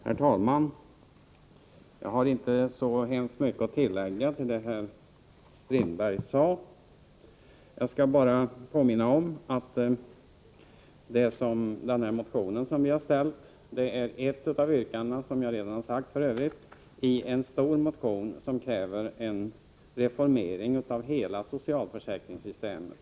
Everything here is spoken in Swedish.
Herr talman! Jag har inte så särskilt mycket att tillägga till det som Per-Olof Strindberg sade. Jag skall bara påminna om att den reservation vi har fogat till betänkandet innehåller — vilket jag f. ö. sagt — ett av yrkandena i en stor motion, som kräver en reformering av hela socialförsäkringssystemet.